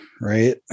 right